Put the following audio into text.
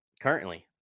currently